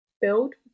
build